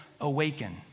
awaken